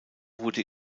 wurde